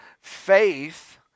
faith